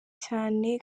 cyane